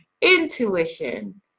intuition